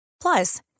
Plus